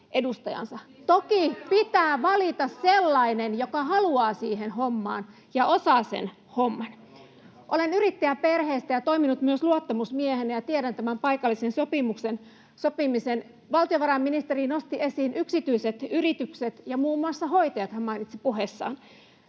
Toki pitää valita sellainen, joka haluaa siihen hommaan ja osaa sen homman. Olen yrittäjäperheestä ja toiminut myös luottamusmiehenä ja tiedän tämän paikallisen sopimisen. Valtiovarainministeri nosti esiin yksityiset yritykset, ja muun muassa hoitajat hän mainitsi puheessaan.